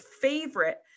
favorite